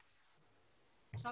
אין